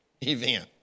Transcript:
event